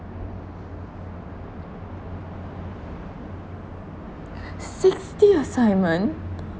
sixty assignment